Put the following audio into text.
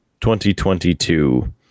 2022